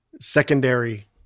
secondary